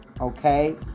okay